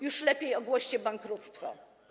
Już lepiej ogłoście bankructwo.